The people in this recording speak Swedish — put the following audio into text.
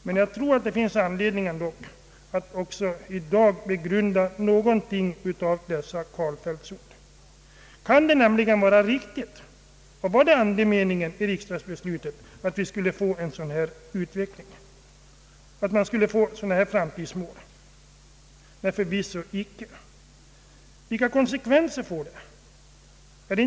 Men jag tror att det ändå finns anledning att också i dag begrunda någonting av dessa ord. Kan det nämligen vara riktigt — och var det andemeningen i riksdagsbeslutet — att vi skulle få en sådan utveckling och dylika framtidsmål? Nej, förvisso inte. Vilka konsekvenser får detta beslut?